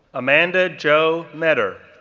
amanda jo meador,